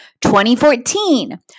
2014